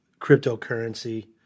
cryptocurrency